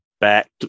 back